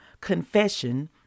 confession